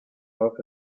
off